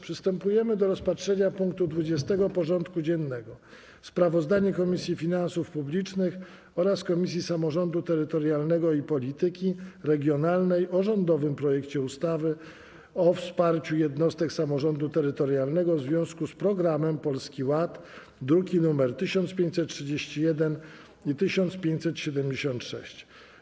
Przystępujemy do rozpatrzenia punktu 20. porządku dziennego: Sprawozdanie Komisji Finansów Publicznych oraz Komisji Samorządu Terytorialnego i Polityki Regionalnej o rządowym projekcie ustawy o wsparciu jednostek samorządu terytorialnego w związku z Programem Polski Ład (druki nr 1531 i 1576)